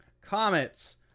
Comets